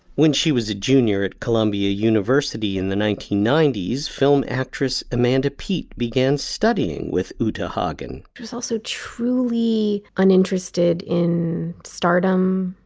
when she was a junior at columbia university in the nineteen ninety s film actress amanda peet began studying with uta hagen she was also truly uninterested in stardom.